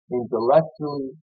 intellectually